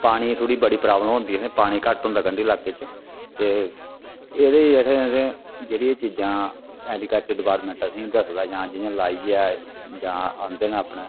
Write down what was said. पानी दी थोह्ड़ी बड़ी प्राब्लम होंदी ऐ असेंगी पानी थोह्ड़ा घट्ट होंदा कंढी लाके च ते एह्दे च असें असें जेह्ड़ियां चीजां ऐग्रीकल्चर डिपार्टमेंट असेंगी दसदा जां जियां लाइयै जां औंदे न अपनै